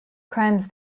crimes